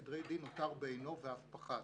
הסוציאליות לסדרי דין נותר בעינו ואף פחת.